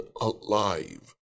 Alive